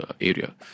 area